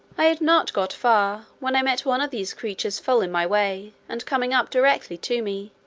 i had not got far, when i met one of these creatures full in my way, and coming up directly to me.